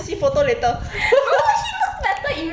no he look better in real life